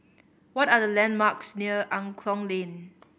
what are the landmarks near Angklong Lane